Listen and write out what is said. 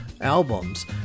albums